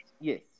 Yes